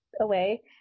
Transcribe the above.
away